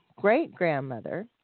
great-grandmother